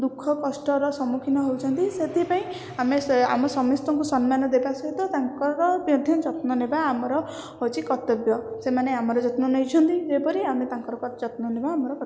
ଦୁଃଖ କଷ୍ଟର ସମ୍ମୁଖୀନ ହେଉଛନ୍ତି ସେଥିପାଇଁ ଆମେ ଆମ ସମସ୍ତଙ୍କୁ ସମ୍ମାନ ଦେବା ସହିତ ତାଙ୍କର ମଧ୍ୟ ଯତ୍ନ ନେବା ଆମର ହେଉଛି କର୍ତ୍ତବ୍ୟ ସେମାନେ ଆମର ଯତ୍ନ ନେଉଛନ୍ତି ଯେପରି ଆମେ ତାଙ୍କର ଯତ୍ନ ମଧ୍ୟ ଆମର କର୍ତ୍ତବ୍ୟ